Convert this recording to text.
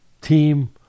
team